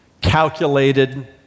calculated